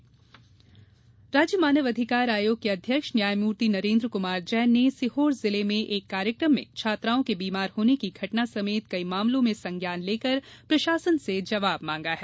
मानवाधिकार संज्ञान राज्य मानव अधिकार आयोग के अध्यक्ष न्यायमूर्ति नरेन्द्र कुमार जैन ने सीहोर जिले में एक कार्यक्रम में छात्राओं के बीमार होने के मामले समेत कई मामलों में संज्ञान लेकर प्रशासन से जवाब मांगा है